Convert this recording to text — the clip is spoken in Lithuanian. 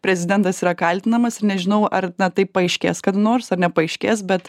prezidentas yra kaltinamas ir nežinau ar na tai paaiškės kada nors ar nepaaiškės bet